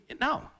No